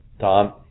Tom